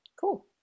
Cool